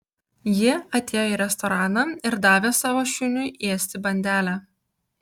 ji atėjo į restoraną ir davė savo šuniui ėsti bandelę